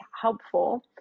helpful